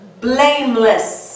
blameless